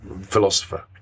philosopher